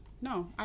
No